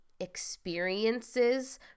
experiences